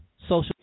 social